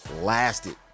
lasted